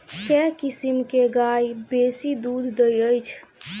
केँ किसिम केँ गाय बेसी दुध दइ अछि?